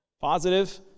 Positive